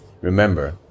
Remember